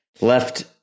left